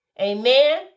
Amen